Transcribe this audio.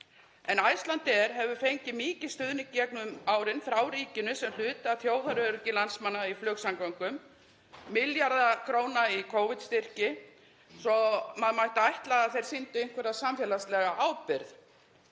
en Icelandair hefur fengið mikinn stuðning í gegnum árin frá ríkinu sem hluti af þjóðaröryggi landsmanna í flugsamgöngum, milljarða króna í Covid-styrki, svo maður mætti ætla að þeir sýndu einhverja samfélagslega ábyrgð.